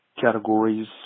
categories